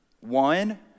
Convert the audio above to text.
one